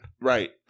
Right